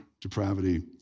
depravity